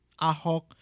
Ahok